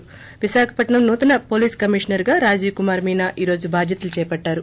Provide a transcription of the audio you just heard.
ి విశాఖపట్నం నూతన పోలీస్ కమిసనర్గా రాజీవ్ కుమార్ మీనా ఈ రోజు బాద్యతలు చేపట్టారు